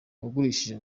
bagurishije